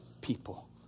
people